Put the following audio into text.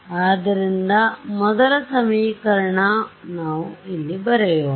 ಆದ್ದರಿಂದ ಮೊದಲ ಸಮೀಕರಣ ಆದ್ದರಿಂದ ನಾವು ಇಲ್ಲಿ ಬರೆಯೋಣ